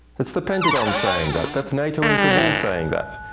it's the pentagon saying that. that's nato in kabul saying that.